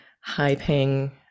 high-paying